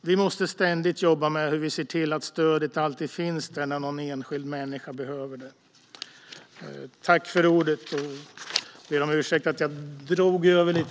Vi måste ständigt jobba med hur vi ser till att stödet alltid finns där när någon enskild människa behöver det.